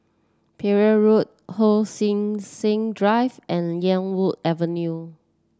Parry Road Hon Sui Sen Drive and Yarwood Avenue